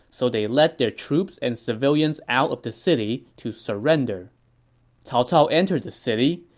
so they led their troops and civilians out of the city to surrender cao cao entered the city.